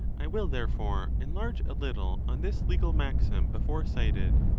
i will there fore enlarge a little on this legal maxim before cited,